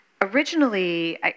originally